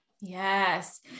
Yes